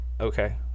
Okay